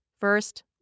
First